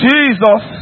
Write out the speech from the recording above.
Jesus